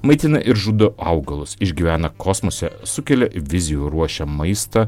maitina ir žudo augalus išgyvena kosmose sukelia vizijų ruošia maistą